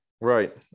Right